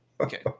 Okay